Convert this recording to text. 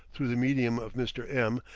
through the medium of mr. m,